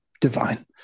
Divine